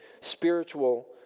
spiritual